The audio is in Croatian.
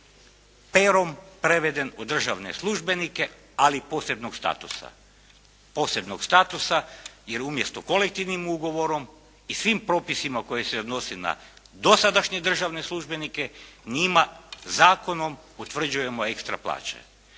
perom preveden u državne službenike ali posebnog statusa jer umjesto kolektivnim ugovorom i svim propisima koji se odnose na dosadašnje državne službenike njima zakonom utvrđujemo ekstra plaće.